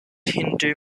hindu